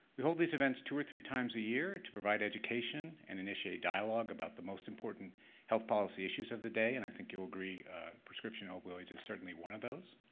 we hold these events two or three times a year to provide education and initiate dialogue about the most important health policy issues of the day, and i think you'll agree prescription opioids is certainly one of those.